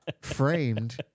framed